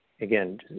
again